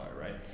right